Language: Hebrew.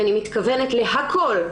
ואני מתכוונת להכול,